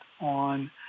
on